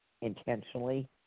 intentionally